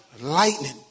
lightning